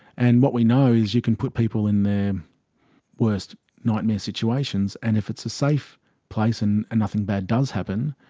and what we know is you can put people in their worst nightmare situations and if it's a safe place and and nothing bad does happen,